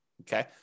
okay